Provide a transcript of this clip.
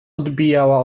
odbijała